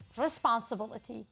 responsibility